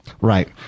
Right